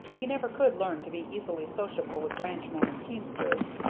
he never could learn to be easily sociable with ranchmen and teamsters.